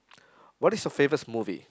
what is your favourite movie